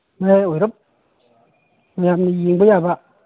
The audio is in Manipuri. ꯃꯌꯥꯏ ꯑꯣꯏꯔꯞ ꯃꯌꯥꯝꯅ ꯌꯦꯡꯕ ꯌꯥꯕ